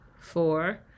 four